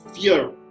fear